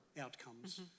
outcomes